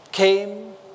came